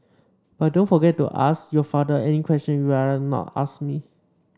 but don't forget to ask your father any question you'd rather not ask me